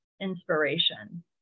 inspiration